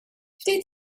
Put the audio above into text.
ftit